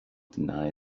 deny